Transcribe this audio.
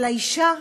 אבל האישה,